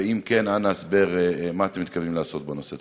אם כן, אנא הסבר מה אתם מתכוונים לעשות בנושא.